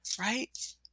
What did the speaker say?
right